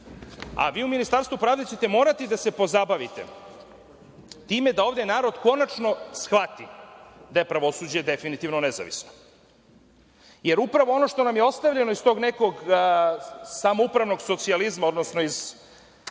Vi u Ministarstvu pravde ćete morati da se pozabavite time da ovde narod konačno shvati da je pravosuđe definitivno nezavisno, jer upravo ono što nam je ostavljeno iz tog nekog samoupravnog socijalizma, odnosno iz